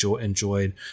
enjoyed